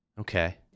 Okay